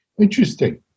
Interesting